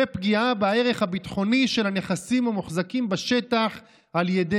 ופגיעה בערך הביטחוני של הנכסים המוחזקים בשטח על ידי